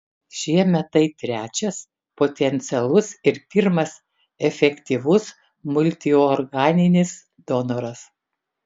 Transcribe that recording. šiemet tai trečias potencialus ir pirmas efektyvus multiorganinis donoras